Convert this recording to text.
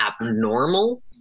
abnormal